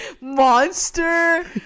monster